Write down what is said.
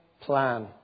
plan